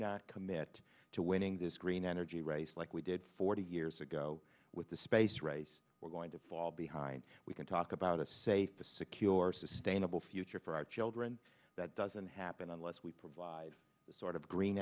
not commit to winning this green energy race like we did forty years ago with the space race we're going to fall behind we can talk about a safe a secure sustainable future for our children that doesn't happen unless we provide the sort of green